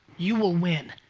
you will win.